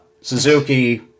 suzuki